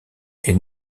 est